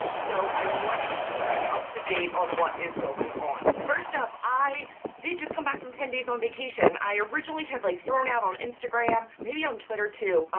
so i wanted to keep you up-to-date on what is going on. first up, i did just come back from ten days on vacation. i originally had like thrown out on instagram, maybe on twitter too,